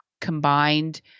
combined